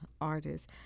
artists